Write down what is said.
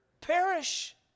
Perish